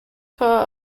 court